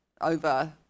over